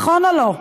נכון או לא?